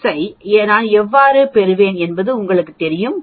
96 ஐ நான் எவ்வாறு பெறுவேன் என்பது உங்களுக்குத் தெரியும் 0